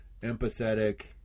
empathetic